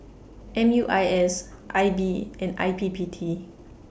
M U I S I B and I P P T